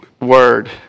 word